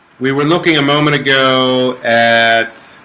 we were looking a moment ago at